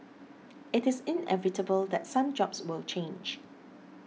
it is inevitable that some jobs will change